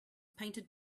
painted